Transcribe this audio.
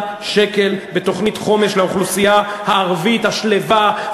שקל בתוכנית חומש לאוכלוסייה הערבית השלווה,